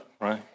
right